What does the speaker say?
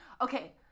Okay